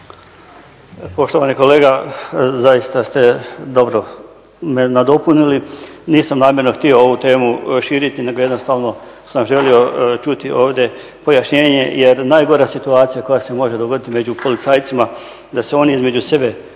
Poštovani kolega, zaista ste dobro me nadopunili. Nisam namjerno htio ovu temu širiti nego jednostavno sam želio čuti ovdje pojašnjenje jer najgora situacija koja se može dogoditi među policajcima, da se oni između sebe